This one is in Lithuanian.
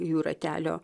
jų ratelio